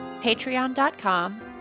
patreon.com